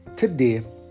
Today